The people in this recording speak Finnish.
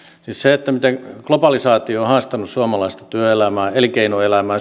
siis se miten globalisaatio on haastanut suomalaista työelämää elinkeinoelämää